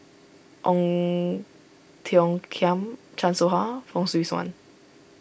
Ong Tiong Khiam Chan Soh Ha Fong Swee Suan